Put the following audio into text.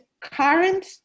current